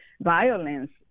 violence